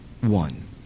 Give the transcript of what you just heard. one